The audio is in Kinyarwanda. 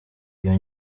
iyi